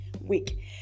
week